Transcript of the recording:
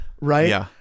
Right